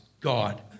God